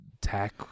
tech